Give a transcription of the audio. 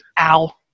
ow